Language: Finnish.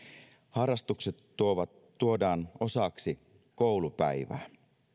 harrastukset tuodaan osaksi koulupäivää